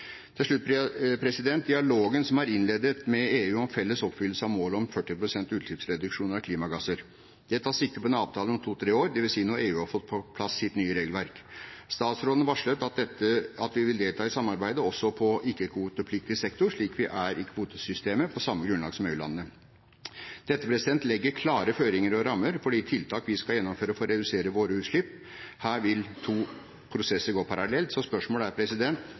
Til slutt til dialogen som er innledet med EU om felles oppfyllelse av målet om 40 pst. utslippsreduksjon av klimagasser. Det tas sikte på en avtale om to–tre år, dvs. når EU har fått på plass sitt nye regelverk. Statsråden varslet at vi vil delta i samarbeidet også i ikke-kvotepliktig sektor, slik vi er i kvotesystemet, på samme grunnlag som EU-landene. Dette legger klare føringer og rammer for de tiltak vi skal gjennomføre for å redusere våre utslipp. Her vil to prosesser gå parallelt. Så spørsmålet er: